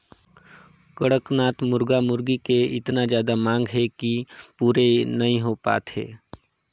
कड़कनाथ मुरगा मुरगी के एतना जादा मांग हे कि पूरे नइ हो पात हे